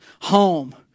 home